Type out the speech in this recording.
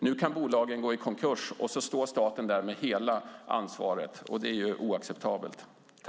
Nu kan bolagen gå i konkurs och så står staten där med hela ansvaret. Det är oacceptabelt.